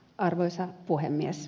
arvoisa puhemies